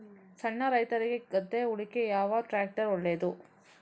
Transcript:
ಸಣ್ಣ ರೈತ್ರಿಗೆ ಗದ್ದೆ ಉಳ್ಳಿಕೆ ಯಾವ ಟ್ರ್ಯಾಕ್ಟರ್ ಒಳ್ಳೆದು?